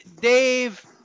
Dave –